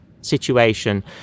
situation